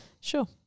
Sure